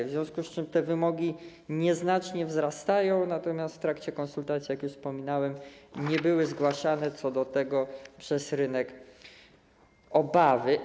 W związku z tym te wymogi nieznacznie wzrastają, natomiast w trakcie konsultacji, jak już wspominałem, nie były zgłaszane co do tego przez rynek obawy.